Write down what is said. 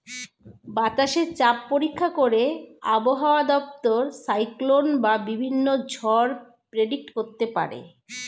বাতাসে চাপ পরীক্ষা করে আবহাওয়া দপ্তর সাইক্লোন বা বিভিন্ন ঝড় প্রেডিক্ট করতে পারে